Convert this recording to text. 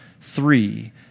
three